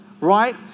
Right